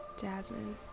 Jasmine